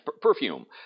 Perfume